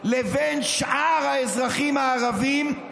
לבין שאר האזרחים הערבים,